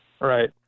Right